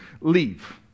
leave